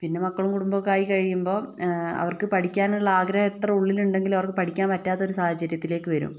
പിന്നെ മക്കളും കുടുംബമൊക്കെ ആയിക്കഴിയുമ്പോൾ അവർക്ക് പഠിക്കാനുള്ള ആഗ്രഹം എത്ര ഉള്ളിൽ ഉണ്ടെങ്കിലും അവർക്ക് പഠിക്കാൻ പറ്റാത്തഒരു സാഹചര്യത്തിലേക്ക് വരും